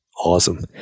Awesome